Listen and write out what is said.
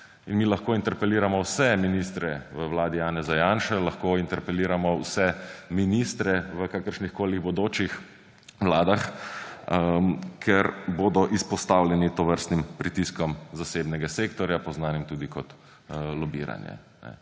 In mi lahko interpeliramo vse ministre v vladi Janeza Janše, lahko interpeliramo vse ministre v kakršnihkoli bodočih vladah, ker bodo izpostavljeni tovrstnim pritiskom zasebnega sektorja, poznanim kot tudi lobiranje.